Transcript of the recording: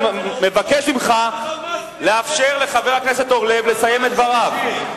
אני מבקש ממך לאפשר לחבר הכנסת אורלב לסיים את דבריו.